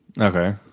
Okay